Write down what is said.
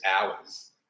hours